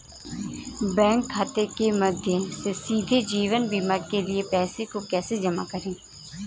Bank खाते के माध्यम से सीधे जीवन बीमा के लिए पैसे को कैसे जमा करें?